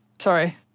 Sorry